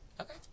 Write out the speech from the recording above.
Okay